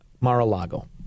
Mar-a-Lago